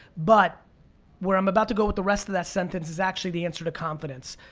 but where i'm about to go with the rest of that sentence is actually the answer to confidence.